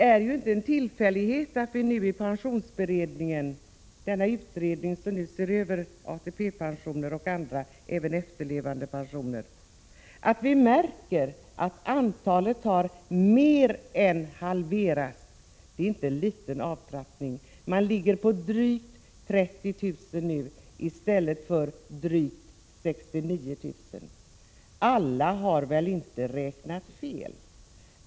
Det är ingen tillfällighet att vi i pensionsberedningen — den utredning som nu ser över ATP och andra pensioner, även efterlevandepensioner — märker att antalet deltidspensionä rer har mer än halverats. Det är ingen liten avtrappning. Antalet ligger på drygt 30 000 mot tidigare drygt 69 000. Alla har väl inte räknat fel.